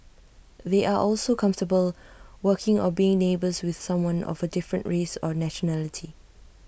they are also comfortable working or being neighbours with someone of A different race or nationality